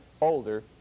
older